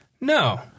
No